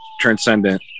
transcendent